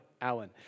Alan